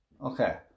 Okay